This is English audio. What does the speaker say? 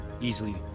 easily